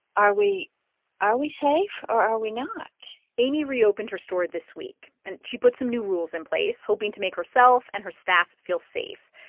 are we are we safe? or are we not? amy reopened her store this week, and she put some new rules in place, hoping to make herself and her staff feel safe.